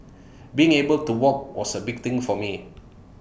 being able to walk was A big thing for me